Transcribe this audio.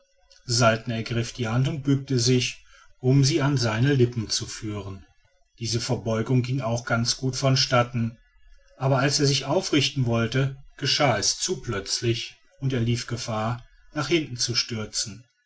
saltner ergriff die hand und bückte sich um sie an seine lippen zu führen diese verbeugung ging auch ganz gut vonstatten aber als er sich aufrichten wollte geschah es zu plötzlich und er lief gefahr nach hinten zu stürzen